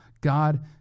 God